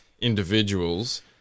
individuals